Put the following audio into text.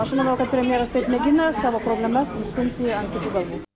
aš manau kad premjeras taip mėgina savo problemas nustumti ant kitų galvų